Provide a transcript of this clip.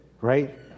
right